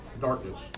darkness